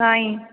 ନାହିଁ